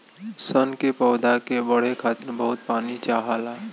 सन के पौधा के बढ़े खातिर बहुत पानी चाहला